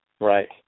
Right